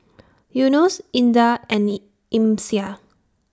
Yunos Indah and Amsyar